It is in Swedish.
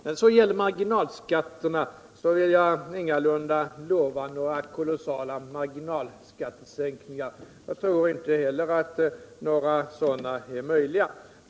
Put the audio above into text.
När det gäller marginalskatterna vill jag ingalunda lova några kolossala 137 marginalskattesänkningar, jag tror inte heller att några sådana är möjliga.